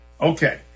Okay